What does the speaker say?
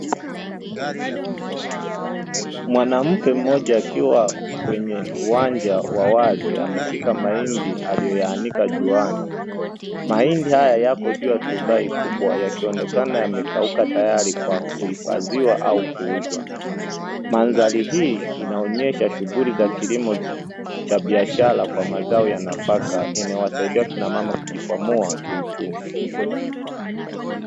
Mwanamke mmoja akiwa kwenye uwanja wa wazi ameshika mahindi aliyoyaanika juani, mahindi haya yako juu ya turubai kubwa yakionekana yamekauka tayari kwa kuhifadhiwa au kuuzwa. Mandhari hii inaonyesha shughuli za kilimo cha biashara kwa mazao yanafaka inayowasaidia akina mama kujikwamua kiuchumi.